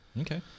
Okay